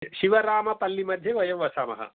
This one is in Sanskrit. शिवरामपल्लिमध्ये वयं वसामः